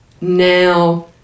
now